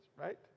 right